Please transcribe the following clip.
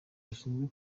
bashinzwe